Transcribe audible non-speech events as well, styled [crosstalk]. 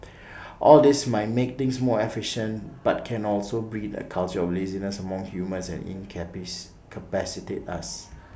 all this might make things more efficient but can also breed A culture of laziness among humans and [unintelligible] incapacitate us